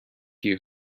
you